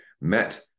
met